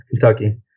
Kentucky